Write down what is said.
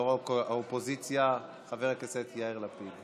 יו"ר האופוזיציה חבר הכנסת יאיר לפיד.